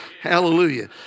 Hallelujah